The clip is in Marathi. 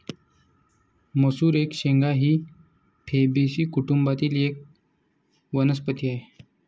मसूर एक शेंगा ही फेबेसी कुटुंबातील एक वनस्पती आहे